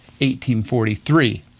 1843